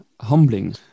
humbling